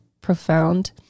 profound